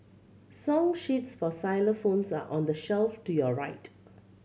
song sheets for xylophones are on the shelf to your right